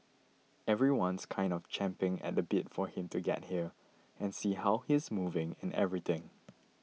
everyone's kind of champing at the bit for him to get here and see how he's moving and everything